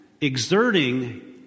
exerting